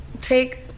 take